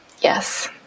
Yes